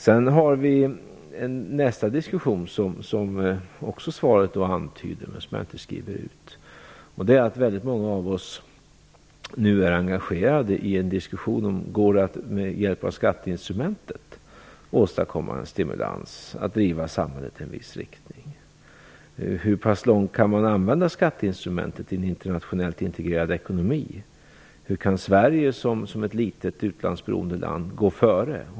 I svaret antyds också en annan diskussion: Väldigt många av oss är nu engagerade i att diskutera om det med hjälp av skatteinstrumentet går att driva samhället i en viss riktning. Hur långt kan man använda skatteinstrumentet i en internationellt integrerad ekonomi? Hur kan Sverige som ett litet, utlandsberoende land gå före?